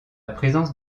présence